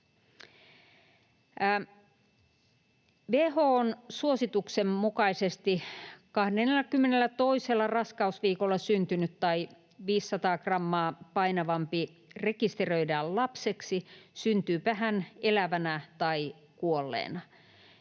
WHO:n suosituksen mukaisesti 22. raskausviikolla syntynyt tai 500 grammaa painavampi rekisteröidään lapseksi, syntyypä hän elävänä tai kuolleena.